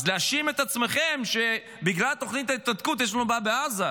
אז להאשים את עצמכם שבגלל תוכנית ההתנתקות יש לנו בעיה בעזה,